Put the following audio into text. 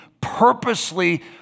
purposely